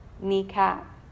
kneecap